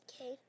Okay